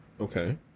Okay